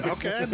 Okay